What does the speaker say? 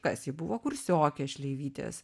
kas ji buvo kursiokė šleivytės